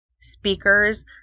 speakers